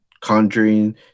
Conjuring